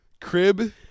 Crib